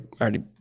already